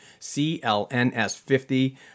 CLNS50